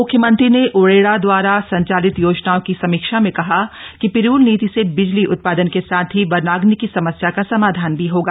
मुख्यमंत्री ने उरेडा द्वारा संचालित योजनाओं की समीक्षा में कहा कि पिरूल नीति से बिजली उत्पादन के साथ ही वनाग्नि की समस्या का समाधान भी होगा